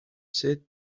said